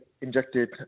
injected